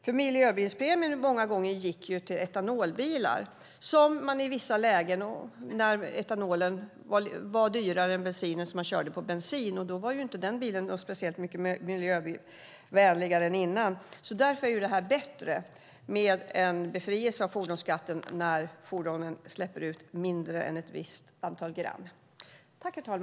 För miljöbilspremien gick många gånger till etanolbilar, och i vissa lägen när etanolen var dyrare än bensinen körde man på bensin. Då var ju inte den bilen speciellt mycket miljövänligare än innan. Därför är det bättre att man befrias från fordonsskatten när fordonen släpper ut mindre än ett visst antal gram.